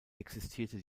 existierte